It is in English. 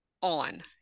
on